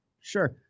Sure